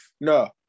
No